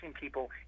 people